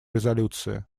резолюции